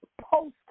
post